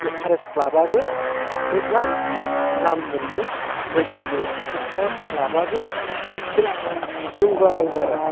Everest क्लाबाबो मोजां नाम मोन्दों लोगोसे एभारेस्ट क्लाबाबो बिराद जौगादों आरो